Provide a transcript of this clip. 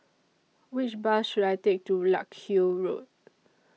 Which Bus should I Take to Larkhill Road